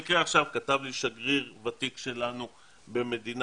במקרה עכשיו כתב לי שגריר ותיק שלנו במדינה